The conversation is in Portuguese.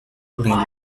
lendo